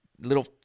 little